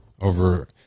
over